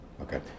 Okay